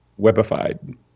webified